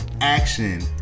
action